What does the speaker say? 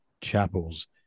chapels